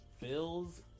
Bills